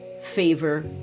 favor